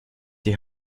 die